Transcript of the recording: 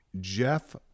Jeff